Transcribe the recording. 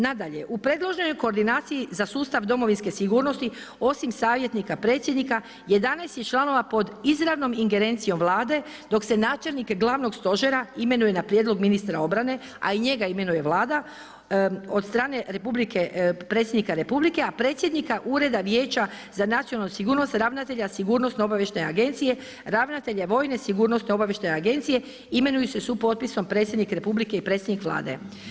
Nadalje, u predloženoj koordinaciji za sustav domovinske sigurnosti osim savjetnika Predsjednika, 11 je članova pod izravnom ingerencijom Vlade, dok se načelnik glavnog stožera imenuje na prijedlog ministra obrane a i njega imenuje Vlada od strane Predsjednika Republike a predsjednika Ureda Vijeća za nacionalnu sigurnost, ravnatelja sigurnosno-obavještajne agencije, ravnatelja Vojne sigurnosne obavještajne agencije imenuju se supotpisom Predsjednik Republike i predsjednik Vlade.